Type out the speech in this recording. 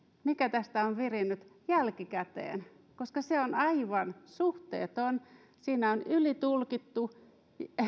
mikä tästä on virinnyt jälkikäteen se on aivan suhteeton siinä on ylitulkittu